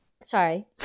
Sorry